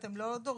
אתם לא דורשים,